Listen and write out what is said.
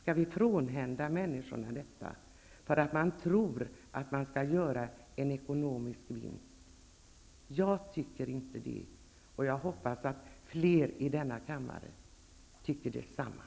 Skall vi frånhända människorna detta, därför att man tror på en ekonomisk vinst? Jag tycker inte det, och jag hoppas fler ledamöter i denna kammare tycker detsamma.